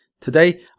Today